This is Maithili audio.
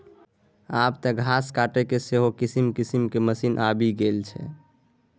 आब तँ घास काटयके सेहो किसिम किसिमक मशीन आबि गेल छै